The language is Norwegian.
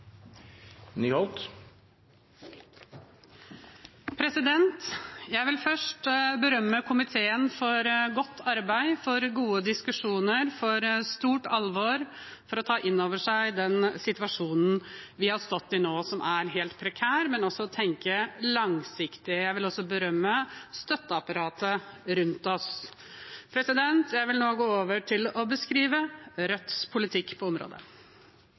Jeg vil først berømme komiteen for godt arbeid, for gode diskusjoner, for stort alvor i å ta inn over seg den situasjonen vi har stått i nå, som er helt prekær, men også for å tenke langsiktig. Jeg vil også berømme støtteapparatet rundt oss. Jeg vil nå gå over til å beskrive Rødts politikk på området.